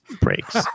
breaks